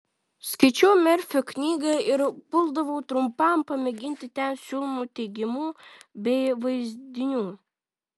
skaičiau merfio knygą ir puldavau trumpam pamėginti ten siūlomų teigimų bei vaizdinių